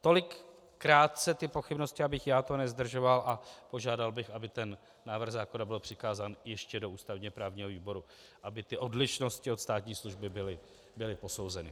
Tolik krátce pochybnosti, abych já to nezdržoval, a požádal bych, aby tento návrh zákona byl přikázán ještě do ústavněprávního výboru, aby odlišnosti od státní služby byly posouzeny.